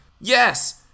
Yes